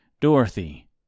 Dorothy